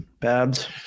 Babs